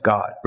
God